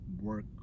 work